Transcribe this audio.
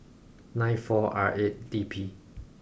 nine four R eight D P